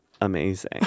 amazing